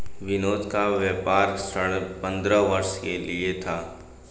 विनोद का व्यापार ऋण पंद्रह वर्ष के लिए था